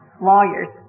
lawyers